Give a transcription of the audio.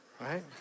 Right